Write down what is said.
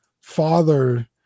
Father